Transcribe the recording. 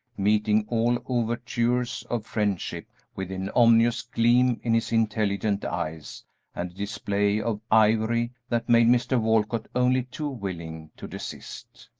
meeting all overtures of friendship with an ominous gleam in his intelligent eyes and a display of ivory that made mr. walcott only too willing to desist.